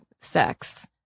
sex